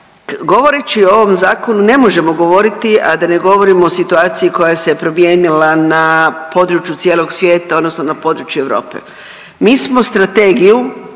govoreći o ovom Zakonu ne možemo govoriti a da ne govorimo o situaciji koja se promijenila na području cijelog svijeta odnosno na području Europe. Mi smo Strategiju